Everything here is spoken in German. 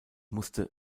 musste